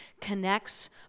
connects